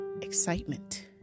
excitement